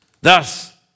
Thus